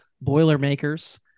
Boilermakers